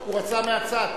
הוא רצה מהצד.